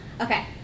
okay